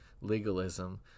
legalism